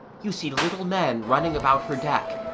you see little men running about her deck,